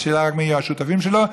השאלה רק מי יהיו השותפים שלו,